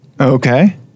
okay